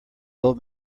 old